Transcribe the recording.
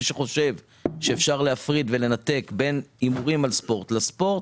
מי שחושב שאפשר להפריד ולנתק בין הימורים על ספורט לספורט,